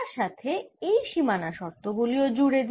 তার সাথে এই সীমানা শর্ত গুলিও জুড়ে দিই